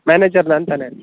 manager ನಾನು ತಾನೆ